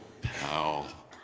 pal